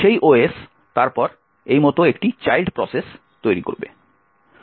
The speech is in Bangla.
সেই OS তারপর এই মত একটি চাইল্ড প্রসেস তৈরি করবে